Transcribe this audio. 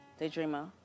daydreamer